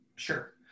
Sure